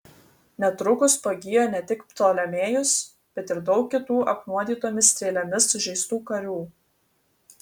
netrukus pagijo ne tik ptolemėjus bet ir daug kitų apnuodytomis strėlėmis sužeistų karių